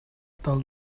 tal